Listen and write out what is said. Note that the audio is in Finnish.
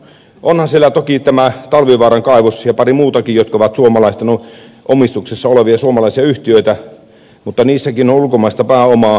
onhan siellä toki tämä talvivaaran kaivos ja pari muutakin jotka ovat suomalaisten omistuksessa olevia suomalaisia yhtiöitä mutta niissäkin on ulkomaista pääomaa